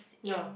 ya